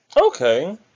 Okay